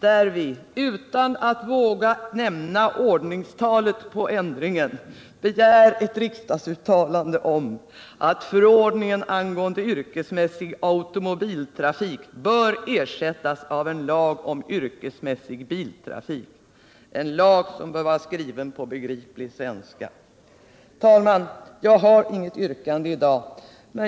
där vi utan att våga nämna ordningstalet på ändringen begär ett riksdagsuttalande om att förordningen angående yrkesmässig automobiltrafik bör ersättas av en lag om yrkesmässig biltrafik, en lag som bör vara skriven på begriplig svenska. Herr talman! Jag har inget yrkande i dag.